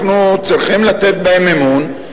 אנחנו צריכים לתת בהם אמון,